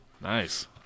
Nice